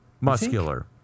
Muscular